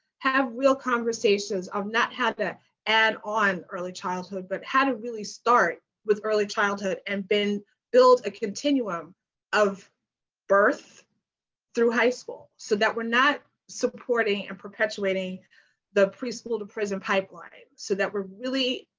have real conversations of not have that add on early childhood, but how to really start with early childhood and then build a continuum of birth through high school so that we are not supporting and perpetuating the preschool to prison pipeline, so that we are really